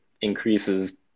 increases